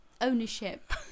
ownership